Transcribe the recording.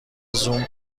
زوم